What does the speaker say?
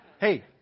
Hey